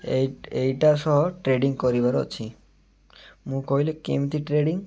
ଏଇ ଏଇଟା ସହ ଟ୍ରେଡ଼ିଂ କରିବାର ଅଛି ମୁଁ କହିଲି କେମିତି ଟ୍ରେଡ଼ିଂ